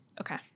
Okay